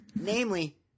Namely